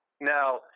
Now